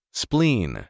spleen